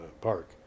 Park